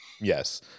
Yes